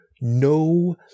no